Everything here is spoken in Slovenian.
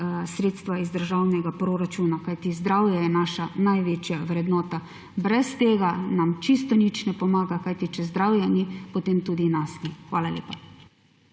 sredstva iz državnega poračuna, kajti zdravje je naša največja vrednota. Brez tega nam čisto nič ne pomaga, kajti če zdravja ni, potem tudi nas ni. Hvala lepa.